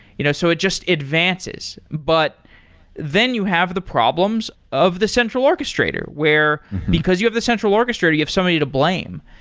you know so it just advances. but then you have the problems of the central orchestrator, where because you have the central orchestrator, you somebody to blame.